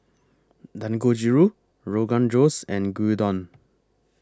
Dangojiru Rogan Josh and Gyudon